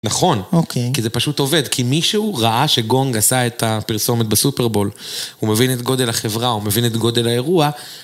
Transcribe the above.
נכון, אוקיי, כי זה פשוט עובד, כי מישהו ראה שגונג עשה את הפרסומת בסופרבול, הוא מבין את גודל החברה, הוא מבין את גודל האירוע.